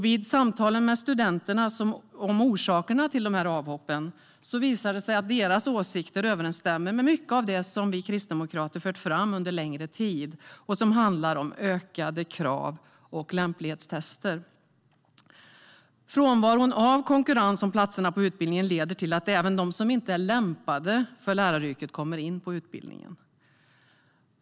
Vid samtal med studenterna om orsakerna till avhoppen visar det sig att deras åsikter överensstämmer med mycket av det som vi kristdemokrater fört fram under längre tid och som handlar om ökade krav och lämplighetstester. Frånvaro av konkurrens om platserna på utbildningen leder till att även de som inte är lämpade för läraryrket kommer in på utbildningen.